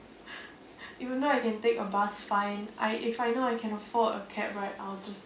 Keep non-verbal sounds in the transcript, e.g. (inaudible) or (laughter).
(laughs) even though I can take a bus fine I if I know I can afford a cab right I'll just